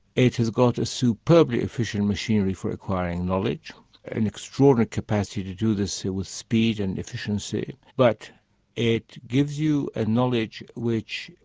it has got superbly efficient machinery for acquiring knowledge, an extraordinary capacity to do this with speed and efficiency. but it gives you a knowledge which,